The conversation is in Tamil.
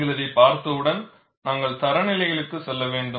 நீங்கள் இதைப் பார்த்தவுடன் நாங்கள் தர நிலைகளுக்கு செல்ல வேண்டும்